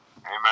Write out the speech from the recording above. Amen